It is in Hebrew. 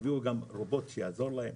יביאו רובוט שיעזור להם?